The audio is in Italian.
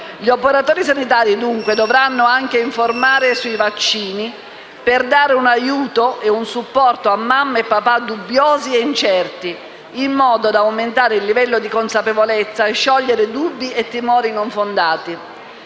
Gli operatori sanitari, dunque, dovranno anche informare sui vaccini, per dare un aiuto e un supporto a mamme e papà dubbiosi e incerti, in modo da aumentare il livello di consapevolezza e sciogliere dubbi e timori non fondati.